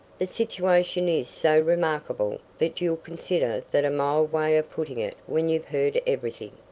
the situation is so remarkable that you'll consider that a mild way of putting it when you've heard everything.